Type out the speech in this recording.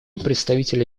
представителя